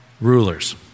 Rulers